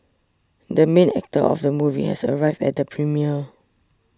the main actor of the movie has arrived at the premiere